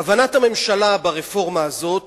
כוונת הממשלה ברפורמה הזאת